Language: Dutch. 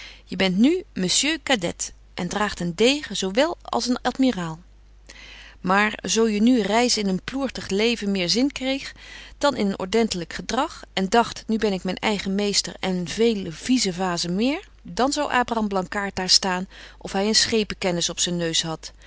je bent nu monsieur kadet en draagt een degen zo wel als een admiraal betje wolff en aagje deken historie van mejuffrouw sara burgerhart maar zo je nu reis in een ploertig leven meer zin kreeg dan in een ordentelyk gedrag en dagt nu ben ik myn eigen meester en vele viezevazen meer dan zou abraham blankaart daar staan of hy een schepenkennis op zyn neus hadt